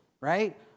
right